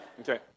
okay